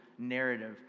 narrative